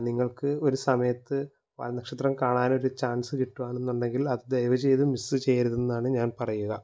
നിങ്ങൾക്ക് ഒരു സമയത്ത് വാൽ നക്ഷത്രം കാണാനൊരു ചാൻസ് കിട്ടുവാണെന്നുണ്ടെങ്കില് അത് ദയവ് ചെയ്ത് മിസ്സ് ചെയ്യരുതെന്നാണ് ഞാൻ പറയുക